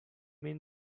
mean